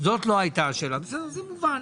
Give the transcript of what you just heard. זאת לא הייתה השאלה, זה מובן,